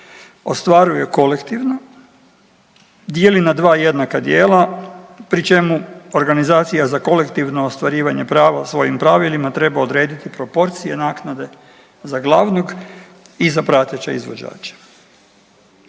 ostvaruje kolektivno dijeli na dva jednaka dijela pri čemu organizacija za kolektivno ostvarivanje prava svojim pravilima treba odrediti proporcije naknade za glavnog i za prateće izvođače.